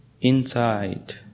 inside